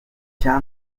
icya